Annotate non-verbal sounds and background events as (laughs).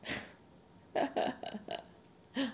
(laughs)